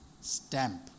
stamp